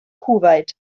kuwait